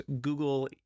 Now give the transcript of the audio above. Google